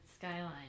skyline